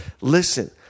Listen